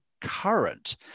current